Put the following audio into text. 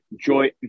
joy